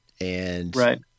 Right